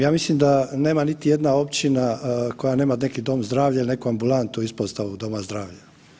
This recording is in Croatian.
Ja mislim da nema niti jedna općina koja nema neki dom zdravlja ili neku ambulantu, ispostavu doma zdravlja.